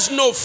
no